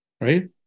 right